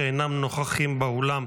שאינם נוכחים באולם,